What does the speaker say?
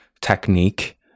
technique